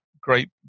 great